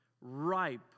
ripe